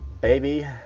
Baby